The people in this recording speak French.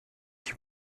qui